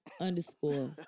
underscore